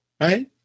right